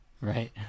right